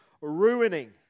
ruining